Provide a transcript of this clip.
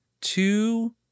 two